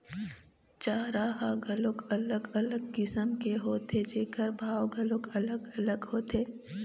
चारा ह घलोक अलग अलग किसम के होथे जेखर भाव घलोक अलग अलग होथे